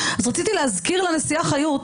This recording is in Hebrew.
אז רציתי להזכיר לנשיאה חיות,